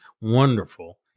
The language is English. wonderful